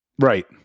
Right